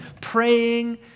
praying